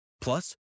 Plus